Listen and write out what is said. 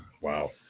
Wow